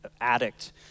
addict